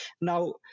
Now